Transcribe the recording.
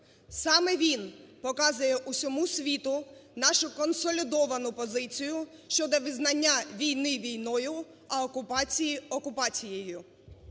Саме він показує всьому світу нашу консолідовану позицію щодо визнання війни війною, а окупацію окупацією.